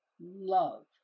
love